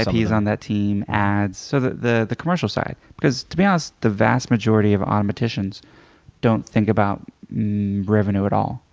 is on that team, ads, so the the commercial side. because to be honest, the vast majority of automaticians don't think about revenue at all.